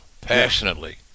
passionately